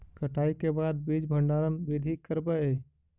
कटाई के बाद बीज भंडारन बीधी करबय?